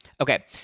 okay